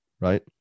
right